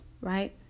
right